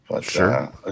sure